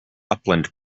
upland